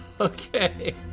Okay